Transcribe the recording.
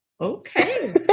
Okay